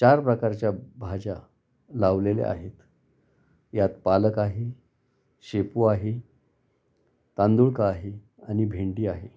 चार प्रकारच्या भाज्या लावलेल्या आहेत यात पालक आहे शेपू आहे तांदूळका आहे आणि भेंडी आहे